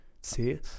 See